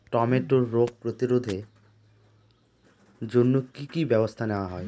টমেটোর রোগ প্রতিরোধে জন্য কি কী ব্যবস্থা নেওয়া হয়?